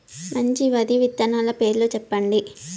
మంచి వరి విత్తనాలు పేర్లు చెప్పండి?